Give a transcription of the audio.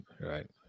right